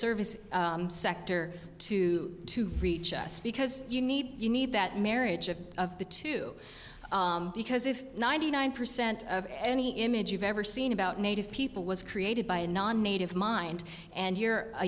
service sector to reach us because you need you need that marriage of the two because if ninety nine percent of any image you've ever seen about native people was created by a non native mind and you're a